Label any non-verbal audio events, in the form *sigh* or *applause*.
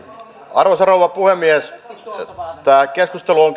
arvoisa rouva puhemies tätä keskustelua on *unintelligible*